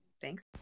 Thanks